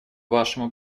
вашему